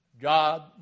God